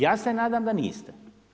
Ja se nadam da niste.